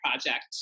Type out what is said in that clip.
project